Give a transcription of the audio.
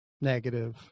negative